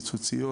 פיצוציות,